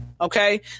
Okay